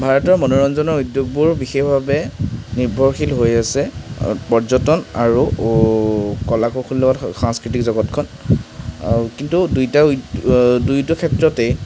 ভাৰতৰ মনোৰঞ্জনৰ উদ্যোগবোৰ বিশেষভাৱে নিৰ্ভৰশীল হৈ আছে পৰ্যটন আৰু কলা কৌশলৰ সাংস্কৃতিক জগতখন কিন্তু দুয়োটা উ দুয়োটা ক্ষেত্ৰতেই